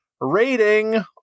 rating